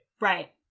Right